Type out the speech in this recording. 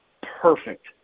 perfect